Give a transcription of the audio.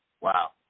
Wow